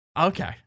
Okay